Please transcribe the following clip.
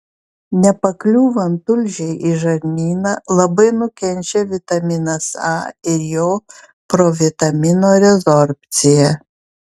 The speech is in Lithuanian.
nepakliūvant tulžiai į žarnyną labai nukenčia vitaminas a ir jo provitamino rezorbcija